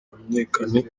hamenyekane